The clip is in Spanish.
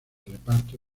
reparto